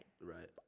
Right